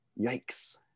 Yikes